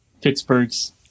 Pittsburgh's